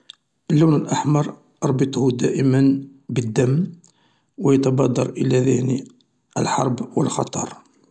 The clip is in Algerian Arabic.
اللون الأحمر اربطه دائما بالدم ويتبادر الى ذهني الحرب والخطر.